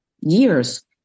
years